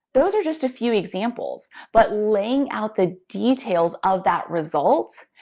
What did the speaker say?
those are just a few examples, but laying out the details of that result,